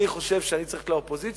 אני חושב שאני צריך להיות באופוזיציה.